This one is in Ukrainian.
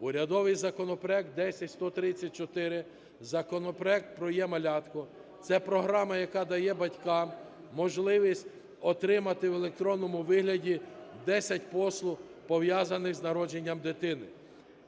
Урядовий законопроект 10134 законопроект про "Е-малятко", це програма, яка дає батькам можливість отримати в електронному вигляді 10 послуг, пов'язаних з народженням дитини